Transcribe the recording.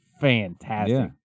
fantastic